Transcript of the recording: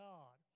God